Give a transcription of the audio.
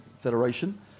Federation